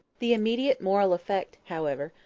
the immediate moral effects, however,